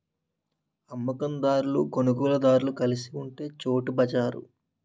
అమ్మ కందారులు కొనుగోలుదారులు కలిసి ఉండే చోటు బజారు